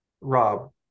Rob